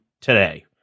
today